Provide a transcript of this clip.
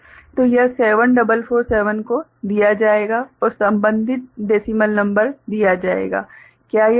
तो यह 7447 को दिया जाएगा और संबन्धित डेसिमल नंबर दिया जाएगा क्या यह ठीक है